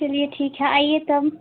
चलिए ठीक है आइए तुम